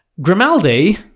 Grimaldi